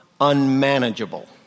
unmanageable